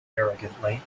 arrogantly